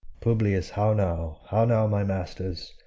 publius, how now? how now, my masters?